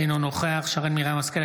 אינו נוכח שרן מרים השכל,